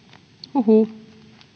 huhuu